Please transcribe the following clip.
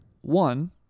one